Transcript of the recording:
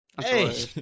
Hey